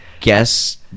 guess